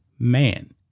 Man